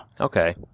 Okay